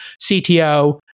CTO